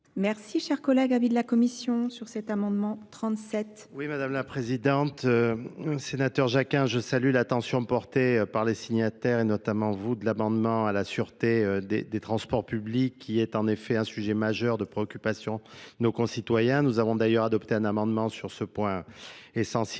Cher collègue, avis de la commission sur cet oui, Mᵐᵉ la présidente. Sénateur Jacquin, je salue l'attention portée par les signataires, et, notamment vous, de l'amendement à la sûreté des transports publics, qui est en effet un sujet majeur préoccupation nos concitoyens nous avons d'ailleurs adopté un amendement sur ce point essentiel